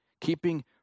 keeping